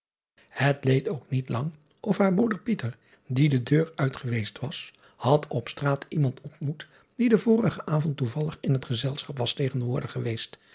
et leed ook niet lang of haar broeder die de deur uit geweest was had op straat iemand ontmoet die den vorigen avond toevallig in het gezelschap was tegenwoordig geweest